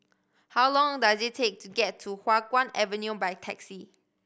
how long does it take to get to Hua Guan Avenue by taxi